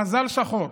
"מזל שחור",